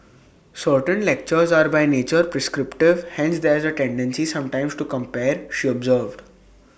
certain lectures are by nature prescriptive hence there's A tendency sometimes to compare she observed